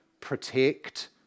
protect